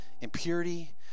impurity